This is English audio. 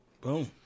Boom